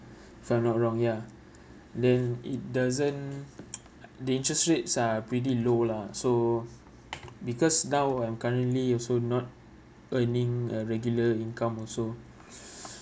if I'm not wrong ya then it doesn't the interest rates are pretty low lah so because now I'm currently also not earning a regular income also